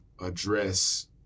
address